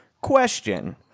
Question